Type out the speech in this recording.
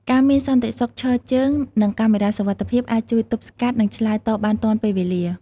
ការមានសន្តិសុខឈរជើង និងកាមេរ៉ាសុវត្ថិភាពអាចជួយទប់ស្កាត់ និងឆ្លើយតបបានទាន់ពេលវេលា។